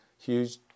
huge